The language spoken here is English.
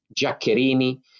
Giaccherini